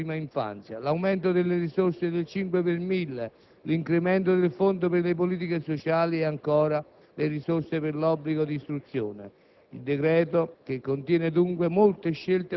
dei servizi socio-educativi per la prima infanzia, l'aumento delle risorse del 5 per mille, l'incremento del fondo per le politiche sociali e, ancora, le risorse per l'obbligo d'istruzione.